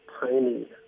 tiny